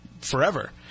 forever